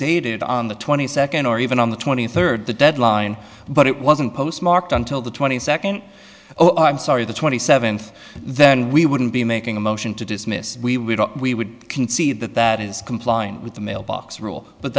dated on the twenty second or even on the twenty third the deadline but it wasn't postmarked until the twenty second oh i'm sorry the twenty seventh then we wouldn't be making a motion to dismiss we would we would concede that that is complying with the mailbox rule but